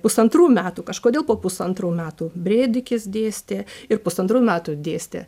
pusantrų metų kažkodėl po pusantrų metų brėdikis dėstė ir pusantrų metų dėstė